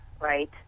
right